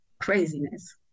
craziness